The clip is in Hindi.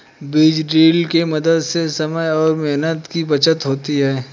बीज ड्रिल के मदद से समय और मेहनत की बचत होती है